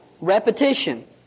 Repetition